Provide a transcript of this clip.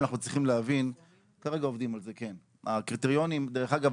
דרך אגב,